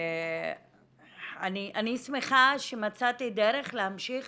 אני שמחה שמצאתי דרך להמשיך